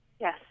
Yes